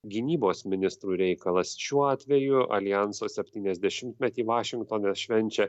gynybos ministrų reikalas šiuo atveju aljanso septyniasdešimtmetį vašingtone švenčia